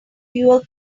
fuel